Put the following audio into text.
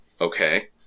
Okay